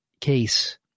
case